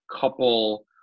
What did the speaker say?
couple